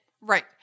Right